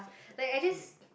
like I just